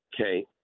okay